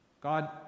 God